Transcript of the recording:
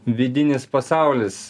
vidinis pasaulis